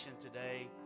today